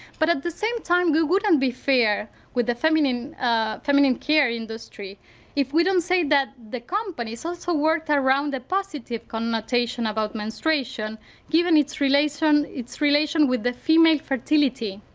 but at the same time it wouldn't be fair with the feminine ah feminine care industry if we don't say that the companies also worked around the positive connotation about menstruation given its relation its relation with the female fertility.